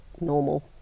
normal